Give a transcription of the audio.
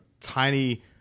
tiny